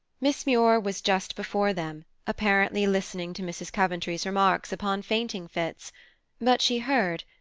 miss muir was just before them, apparently listening to mrs. coventry's remarks upon fainting fits but she heard,